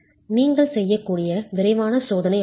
நீங்கள் செய்யக்கூடிய விரைவான சோதனை ஆகும்